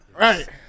Right